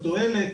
תועלת,